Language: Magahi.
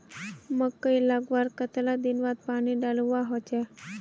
मकई लगवार कतला दिन बाद पानी डालुवा होचे?